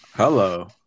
Hello